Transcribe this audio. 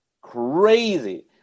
crazy